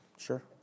Sure